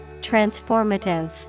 Transformative